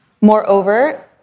Moreover